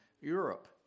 Europe